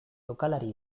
jokalari